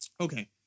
Okay